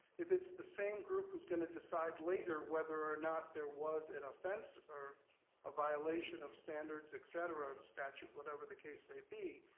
if it's the same group who's gonna decide later whether or not there was an offense or a violation of standards, et cetera, statute, whatever the case may be,